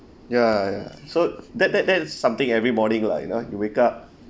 ya ya so that that that is something every morning lah you know you wake up